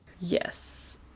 Yes